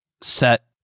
set